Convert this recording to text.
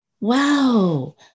Wow